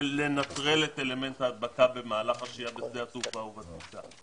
לנטרל את אלמנט ההדבקה במהלך השהייה בשדה התעופה ובטיסה.